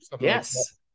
Yes